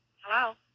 Hello